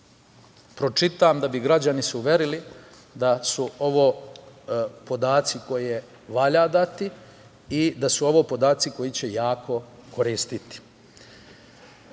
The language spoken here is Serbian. pročitam da bi se građani uverili da su ovo podaci koje valja dati i da su ovo podaci koji će jako koristiti. Takođe,